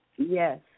Yes